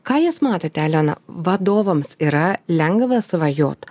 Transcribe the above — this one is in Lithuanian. ką jūs matote aliona vadovams yra lengva svajot